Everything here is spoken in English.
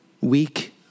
weak